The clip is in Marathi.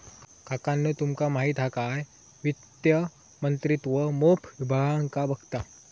काकानु तुमका माहित हा काय वित्त मंत्रित्व मोप विभागांका बघता